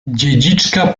dziedziczka